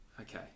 okay